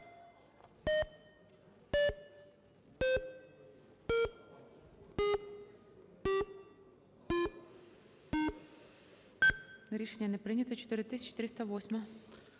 Рішення не прийнято. 4418.